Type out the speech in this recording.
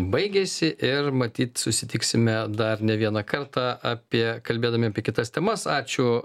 baigėsi ir matyt susitiksime dar ne vieną kartą apie kalbėdami apie kitas temas ačiū